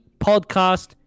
podcast